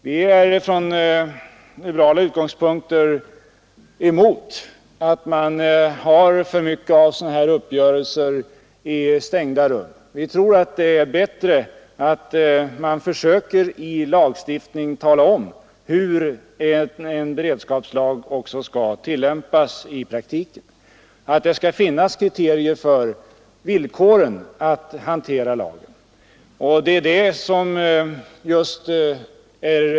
Vi är från liberala utgångspunkter emot att man för förhandlingar och sluter sådana här uppgörelser i stängda rum. Vi tror att det är bättre att lagen blir så klar att tolkningen inte behöver förhandlas fram.